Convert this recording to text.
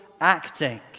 acting